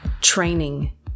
training